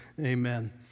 amen